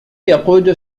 يقود